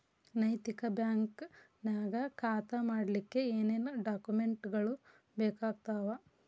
ನೈತಿಕ ಬ್ಯಾಂಕ ನ್ಯಾಗ್ ಖಾತಾ ಮಾಡ್ಲಿಕ್ಕೆ ಏನೇನ್ ಡಾಕುಮೆನ್ಟ್ ಗಳು ಬೇಕಾಗ್ತಾವ?